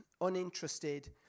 uninterested